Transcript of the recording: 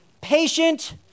patient